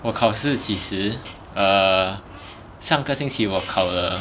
我考试几时 err 上个星期我考了